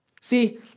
See